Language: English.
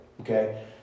okay